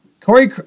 Corey